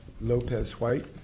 Lopez-White